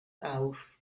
auf